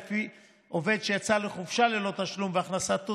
ולפיו עובד שיצא לחופשה ללא תשלום והכנסתו